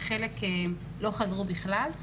וחלק לא חזרו בכלל.